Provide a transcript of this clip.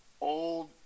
old